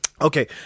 Okay